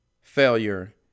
failure